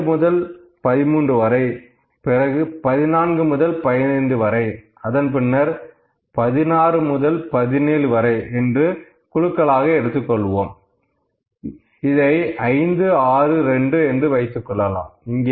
12 முதல் 13 வரை பிறகு 14 முதல் 15 வரை அதன்பின் 16 முதல் 17 வரை என்ற குழுக்களாக எடுத்துக்கொள்வோம் இதை 5 6 2 என்று வைத்துக்கொள்வோம்